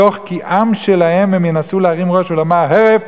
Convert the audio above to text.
מתוך קיאם שלהם הם ינסו להרים ראש ולומר הרף,